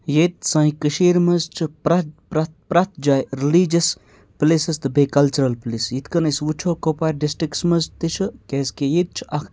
ییٚتہِ سانہِ کٔشیٖرِ منٛز چھِ پرٛٮ۪تھ پرٛٮ۪تھ پرٛٮ۪تھ جایہِ ریلِجَس پٕلیسٕز تہٕ بیٚیہِ کَلچرَل پٕلیس یِتھ کٔنۍ أسۍ وٕچھو کُپوارِ ڈِسٹِرٛکَس منٛز تہِ چھُ کیٛازِکہِ ییٚتہِ چھِ اَکھ